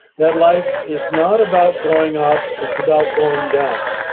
that life is not about going up, it's about going down.